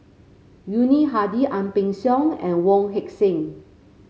Yuni Hadi Ang Peng Siong and Wong Heck Sing